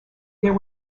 there